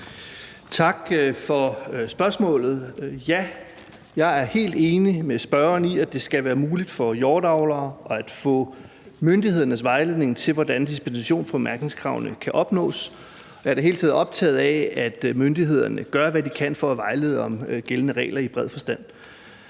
Tak for spørgsmålet. Ja, jeg er helt enig med spørgeren i, at det skal være muligt for hjorteavlere at få myndighedernes vejledning til, hvordan dispensation fra mærkningskravene kan opnås. Jeg er i det hele taget optaget af, at myndighederne gør, hvad de kan for at vejlede om gældende regler i bred forstand.